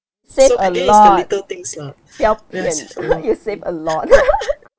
save a lot ya when you save a lot